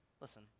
Listen